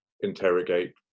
interrogate